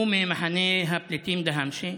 הוא ממחנה הפליטים דהיישה,